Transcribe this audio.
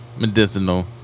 medicinal